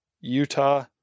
Utah